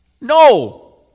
No